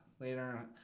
later